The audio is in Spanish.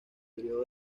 período